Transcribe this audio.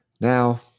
Now